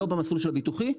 לא במסלול של הביטוחי,